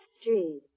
Street